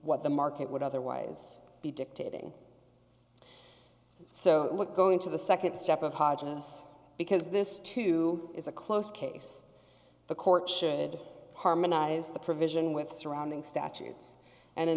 what the market would otherwise be dictating so look going to the nd step of hodgins because this too is a close case the court should harmonize the provision with surrounding statutes and in